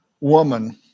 woman